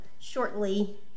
shortly